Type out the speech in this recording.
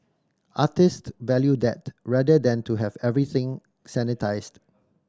artist value that rather than to have everything sanitised